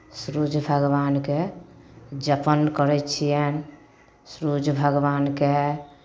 सुरज भगवानके जपन करै छियनि सुरज भगवानके